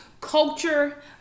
culture